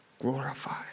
glorify